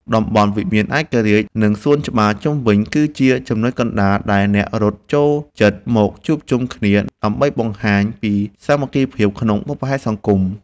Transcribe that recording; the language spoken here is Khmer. តំបន់វិមានឯករាជ្យ និងសួនច្បារជុំវិញ គឺជាចំណុចកណ្ដាលដែលអ្នករត់ចូលចិត្តមកជួបជុំគ្នា ដើម្បីបង្ហាញពីសាមគ្គីភាពក្នុងបុព្វហេតុសង្គម។